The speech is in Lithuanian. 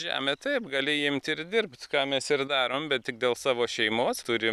žemė taip gali imt ir dirbt ką mes ir darom bet tik dėl savo šeimos turim